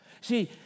See